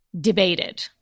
Debated